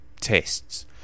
tests